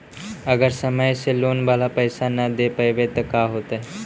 अगर समय से लोन बाला पैसा न दे पईबै तब का होतै?